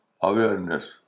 awareness